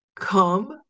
Come